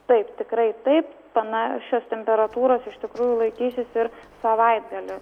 taip tikrai taip panašios temperatūros iš tikrųjų laikysis ir savaitgalį